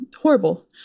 horrible